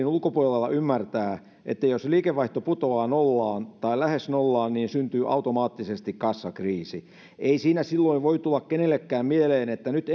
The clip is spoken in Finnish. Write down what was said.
ulkopuolella ymmärtää että jos liikevaihto putoaa nollaan tai lähes nollaan syntyy automaattisesti kassakriisi ei siinä silloin voi tulla kenellekään mieleen että nyt